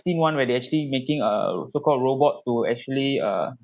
seen one where they actually making err so called robot to actually uh